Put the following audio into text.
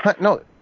No